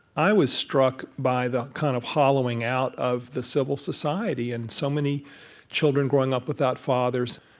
i was struck by the kind of hollowing out of the civil society and so many children growing up without fathers.